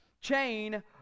Chain